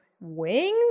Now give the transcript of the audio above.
wings